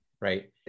Right